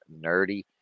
nerdy